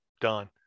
done